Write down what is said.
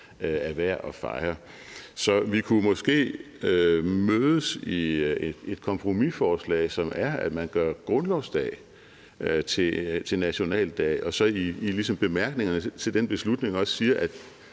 er værd at fejre. Så vi kunne måske mødes i et kompromisforslag, som er, at man gør grundlovsdag til nationaldag, og så ligesom i bemærkningerne til den beslutning også siger,